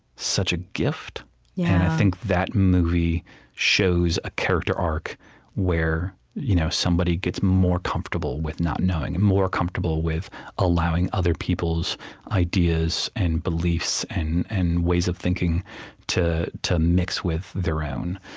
such a gift, yeah and i think that movie shows a character arc where you know somebody gets more comfortable with not knowing, and more comfortable with allowing other people's ideas and beliefs and and ways of thinking to to mix with their own